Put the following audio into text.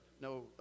no